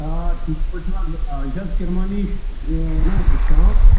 آ ٹھیٖک پٲٹھۍ چھِو حظ آ یہِ چھِ حظ کِرمانی نہ شاپ